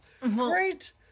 Great